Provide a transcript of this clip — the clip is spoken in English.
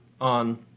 on